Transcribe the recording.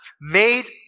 made